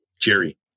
Jerry